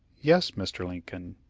yes, mr. lincoln.